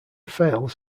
fails